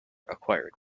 acquired